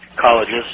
colleges